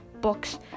books